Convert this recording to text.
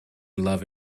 love